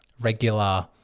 regular